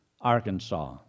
Arkansas